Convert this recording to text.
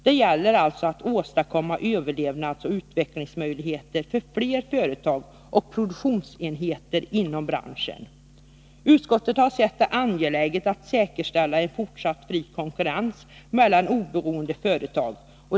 Det gäller alltså att åstadkomma överlevnadsoch utvecklingsmöjligheter för fler företag och produktionsenheter inom branschen. Utskottet har sett det angeläget att säkerställa en fortsatt fri konkurrens mellan oberoende företag.